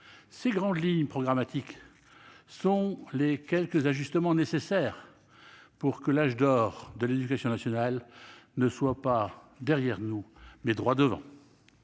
ces grandes lignes programmatiques sont les quelques ajustements nécessaires pour que l'« âge d'or » de l'éducation nationale soit non pas derrière nous, mais droit devant.